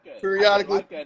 periodically